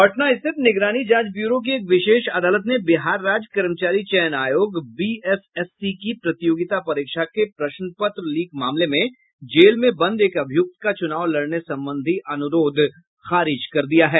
पटना स्थित निगरानी जांच ब्यूरो की एक विशेष अदालत ने बिहार राज्य कर्मचारी चयन आयोग बीएसएससी की प्रतियोगिता परीक्षा के प्रश्न पत्र लीक मामले में जेल में बंद एक अभियुक्त का चुनाव लड़ने संबंधी अनुरोध खारिज कर दिया है